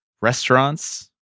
restaurants